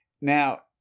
Now